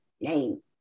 name